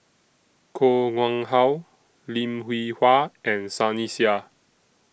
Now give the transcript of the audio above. Koh Nguang How Lim Hwee Hua and Sunny Sia